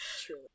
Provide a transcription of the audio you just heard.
True